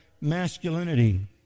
masculinity